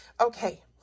Okay